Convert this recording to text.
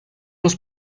los